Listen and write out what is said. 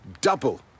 double